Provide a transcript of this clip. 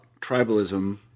tribalism